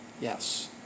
Yes